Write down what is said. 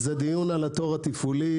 זה דיון על התור התפעולי.